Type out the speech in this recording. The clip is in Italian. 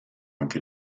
anche